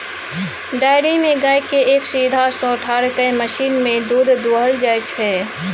dairy मे गाय केँ एक सीधहा सँ ठाढ़ कए मशीन सँ दुध दुहल जाइ छै